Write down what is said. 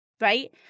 right